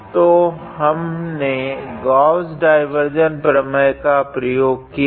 तो हमने Gauss divergence प्रमेय का प्रयोग किया है